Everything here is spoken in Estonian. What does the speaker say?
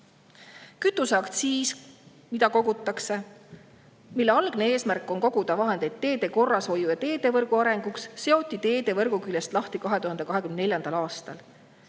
Kütuseaktsiis, mida kogutakse ning mille algne eesmärk oli koguda vahendeid teede korrashoiuks ja teedevõrgu arenguks, seoti teedevõrgu küljest lahti 2024. aastal.